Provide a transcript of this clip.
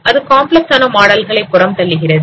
அது காம்ப்ளக்ஸ் ஆன மாடல்களை புறம் தள்ளுகிறது